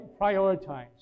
prioritize